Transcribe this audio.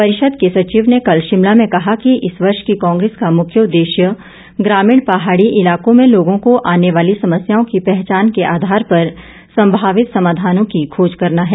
परिषद के सचिव ने कल शिमला में कहा कि इस वर्ष की कांग्रेस का मुख्य उददेश्य ग्रामीण पहाड़ी इलाकों में लोगों को आने वाली समस्याओं की पहचान के आधार पर संभावित समाधानों की खोज करना है